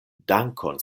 dankon